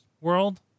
world